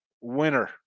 winner